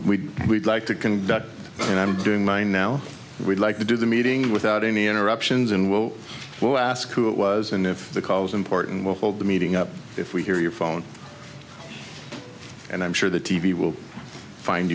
would like to conduct and i'm doing my now we'd like to do the meeting without any interruptions and we'll well ask who it was and if the call is important we'll hold the meeting up if we hear your phone and i'm sure the t v will find